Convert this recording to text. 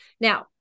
Now